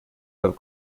have